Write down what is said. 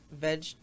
veg